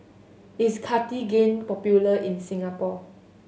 is Cartigain popular in Singapore